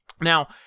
Now